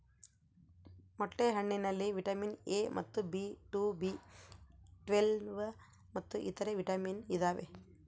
ಮೊಟ್ಟೆ ಹಣ್ಣಿನಲ್ಲಿ vitamin A ಮತ್ತು ಬಿ ಟು ಬಿ ಟ್ವೇಲ್ವ್ ಮತ್ತು ಇತರೆ ವಿಟಾಮಿನ್ ಇದಾವೆ